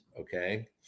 Okay